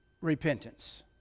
repentance